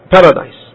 Paradise